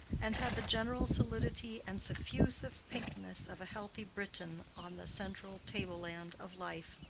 and had the general solidity and suffusive pinkness of a healthy briton on the central table-land of life.